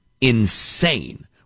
insane